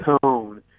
tone